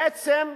בעצם,